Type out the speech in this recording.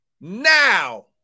now